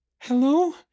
Hello